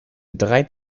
drei